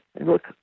Look